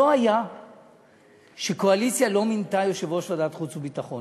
לא היה שקואליציה לא מינתה יושב-ראש ועדת חוץ וביטחון.